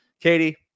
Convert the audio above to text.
Katie